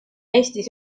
eestis